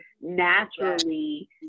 naturally